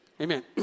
Amen